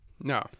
No